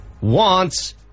wants